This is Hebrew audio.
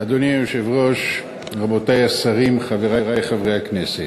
אדוני היושב-ראש, רבותי השרים, חברי חברי הכנסת,